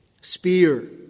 spear